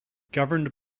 governed